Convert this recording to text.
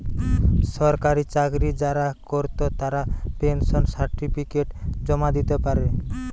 সরকারি চাকরি যারা কোরত তারা পেনশন সার্টিফিকেট জমা দিতে পারে